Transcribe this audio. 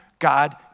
God